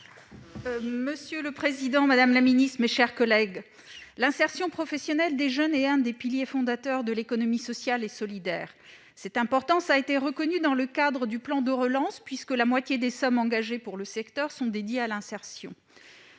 Marta de Cidrac. Madame la secrétaire d'État, l'insertion professionnelle des jeunes est l'un des piliers fondateurs de l'économie sociale et solidaire. Cette importance a été reconnue dans le cadre du plan de relance puisque la moitié des sommes engagées pour le secteur sont dédiées à l'insertion.